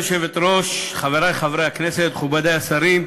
גברתי היושבת-ראש, חברי חברי הכנסת, מכובדי השרים,